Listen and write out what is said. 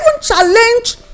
challenge